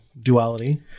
duality